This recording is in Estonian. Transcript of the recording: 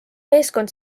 meeskond